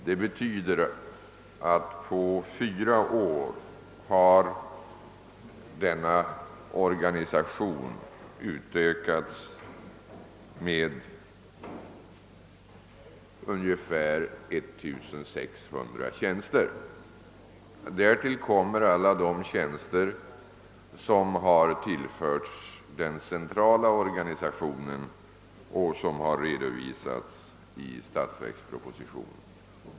Det betyder att denna organisation på fyra år utökats med ungefär 1 600 tjänster. Därtill kommer alla de tjänster som tillförts den centrala organisationen och som redovisats i statsverkspropositionen.